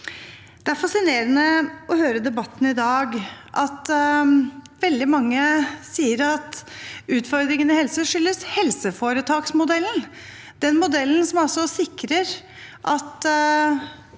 Det er fascinerende å høre i debatten i dag at veldig mange sier at utfordringene i helsetilbudet skyldes helseforetaksmodellen, den modellen som altså sikrer at